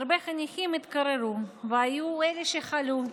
והרבה חניכים התקררו, והיו כאלה שחלו.